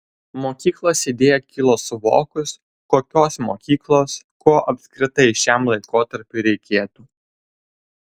mokyklos idėja kilo suvokus kokios mokyklos ko apskritai šiam laikotarpiui reikėtų